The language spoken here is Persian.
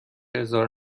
اظهار